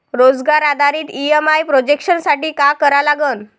रोजगार आधारित EMI projection साठी का करा लागन?